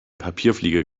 papierflieger